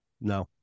No